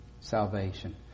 salvation